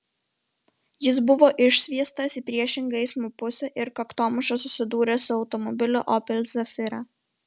jis buvo išsviestas į priešingą eismo pusę ir kaktomuša susidūrė su automobiliu opel zafira